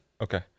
Okay